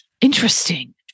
interesting